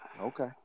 Okay